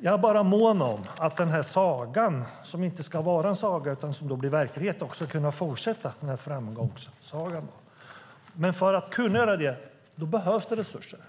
Jag är bara mån om att den här framgångssagan - som inte ska vara en saga utan som ska bli verklighet - ska kunna fortsätta. Men för att den ska kunna göra det behövs det resurser.